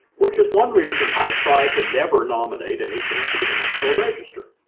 which is one reason i try to never nominate anything to the national register.